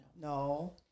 No